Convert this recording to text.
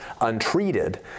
untreated